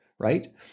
Right